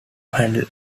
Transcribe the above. handle